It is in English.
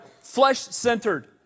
flesh-centered